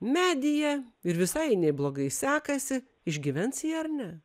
medyje ir visai jai neblogai sekasi išgyvens ji ar ne